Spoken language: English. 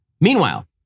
Meanwhile